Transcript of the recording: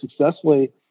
successfully